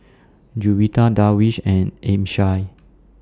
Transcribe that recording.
Juwita Darwish and Amsyar